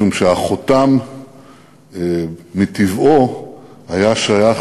משום שהחותם מטבעו היה שייך